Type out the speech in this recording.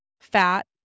fat